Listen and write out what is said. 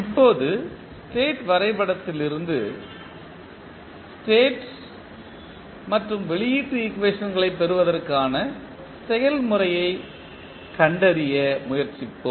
இப்போது ஸ்டேட் வரைபடத்திலிருந்து ஸ்டேட் மற்றும் வெளியீட்டு ஈக்குவேஷன்களைப் பெறுவதற்கான செயல்முறையைக் கண்டறிய முயற்சிப்போம்